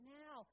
now